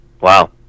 Wow